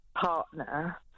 partner